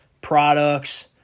products